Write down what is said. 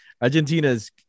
Argentina's